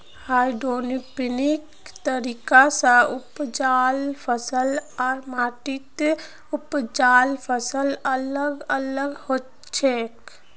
hydroponics तरीका स उपजाल फसल आर माटीत उपजाल फसल अलग अलग हछेक